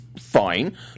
fine